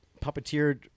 puppeteered